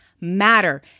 matter